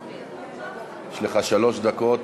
יש לך שלוש דקות.